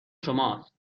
شماست